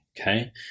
okay